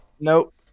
Nope